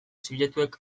subjektuek